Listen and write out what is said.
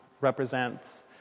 represents